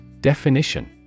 Definition